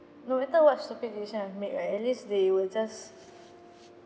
no matter what stupid decision I've made right at least they will just